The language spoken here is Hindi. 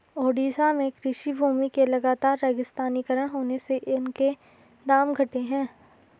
ओडिशा में कृषि भूमि के लगातर रेगिस्तानीकरण होने से उनके दाम घटे हैं